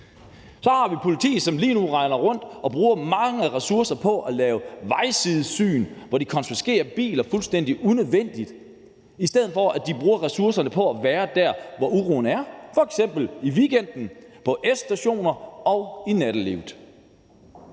Så har vi politiet, som lige nu render rundt og bruger mange ressourcer på at lave vejsidesyn, hvor de fuldstændig unødvendigt konfiskerer biler i stedet for at bruge ressourcerne på at være der, hvor uroen er, f.eks. på stationer og i nattelivet